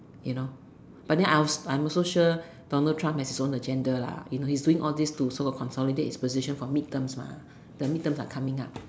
you know but then I'm I'm also sure Donald Trump has his own agenda lah you know he is doing all this to sort of consolidate his position for midterms mah the midterms are coming up